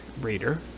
reader